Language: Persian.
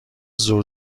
زور